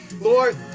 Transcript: lord